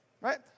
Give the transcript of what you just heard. Right